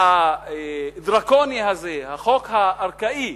הדרקוני הזה, החוק הארכאי,